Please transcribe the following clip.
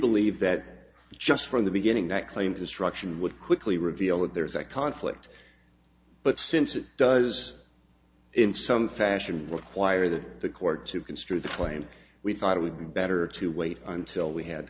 believe that just from the beginning that claim destruction would quickly reveal that there is a conflict but since it does in some fashion require that the court to construe that claim we thought it would be better to wait until we had